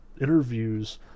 interviews